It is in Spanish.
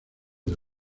del